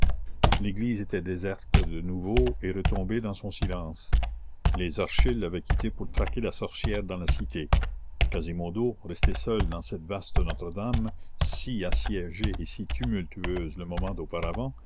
l'église était déserte de nouveau et retombée dans son silence les archers l'avaient quittée pour traquer la sorcière dans la cité quasimodo resté seul dans cette vaste notre-dame si assiégée et si tumultueuse le moment d'auparavant